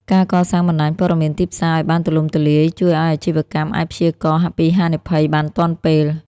ការកសាងបណ្ដាញព័ត៌មានទីផ្សារឱ្យបានទូលំទូលាយ ជួយឱ្យអាជីវកម្មអាចព្យាករណ៍ពីហានិភ័យបានទាន់ពេល។